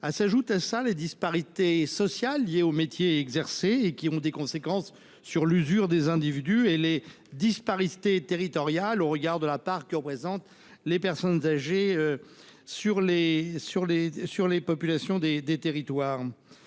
S'ajoutent à cela les disparités sociales liées au métier exercé et ayant des conséquences sur l'usure des individus, mais aussi territoriales au regard de la part que représentent les personnes âgées dans la population des territoires.